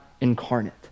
incarnate